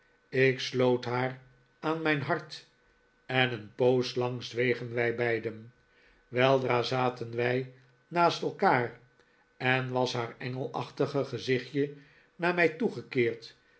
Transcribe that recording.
ik sloot haar aan mijn hart en een poos lang zwegen wij beiden weldra zaten wij naast elkaar en was haar engelachtige gezichtje naar mij toegekeerd